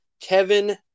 Kevin